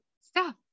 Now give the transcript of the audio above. Stop